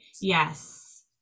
Yes